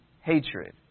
hatred